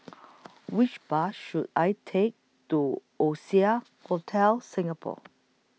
Which Bus should I Take to Oasia Hotel Singapore